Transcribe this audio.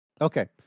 Okay